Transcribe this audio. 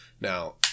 Now